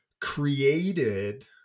created